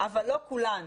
אבל לא כולן.